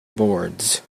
boards